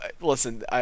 listen